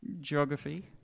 Geography